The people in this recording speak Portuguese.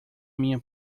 minha